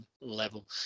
level